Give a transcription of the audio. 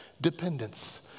dependence